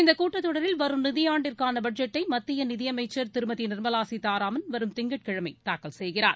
இந்தக் கூட்டத் தொடரில் வரும் நிதியாண்டிற்கானபட்ஜெட்டை மத்தியநிதியமைச்சர் திருமதி நிர்மலாசீதாராமன் வரும் திங்கட்கிழமைதாக்கல் செய்கிறார்